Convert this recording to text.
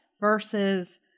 versus